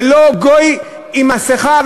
ולא גוי עם מסכה,